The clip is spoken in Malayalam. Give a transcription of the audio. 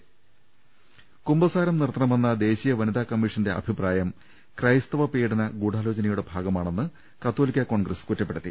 ്് കുമ്പസാരം നിർത്തണമെന്ന ദേശീയ വനിതാ കമ്മിഷന്റെ അഭിപ്രായം ക്രൈസ്തവ പീഡന ഗൂഢാലോചനയുടെ ഭാഗമാണെന്ന് കത്തോലിക്കാ കോൺഗ്രസ് കുറ്റപ്പെടു ത്തി